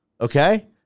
Okay